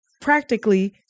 practically